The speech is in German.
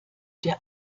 der